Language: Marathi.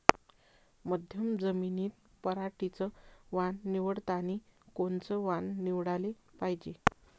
मध्यम जमीनीत पराटीचं वान निवडतानी कोनचं वान निवडाले पायजे?